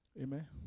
Amen